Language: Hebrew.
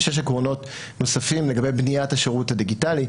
עקרונות נוספים לגבי בניית השירות הדיגיטלי.